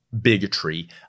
bigotry